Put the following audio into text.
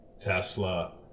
Tesla